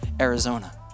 Arizona